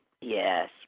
Yes